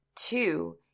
two